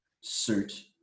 suit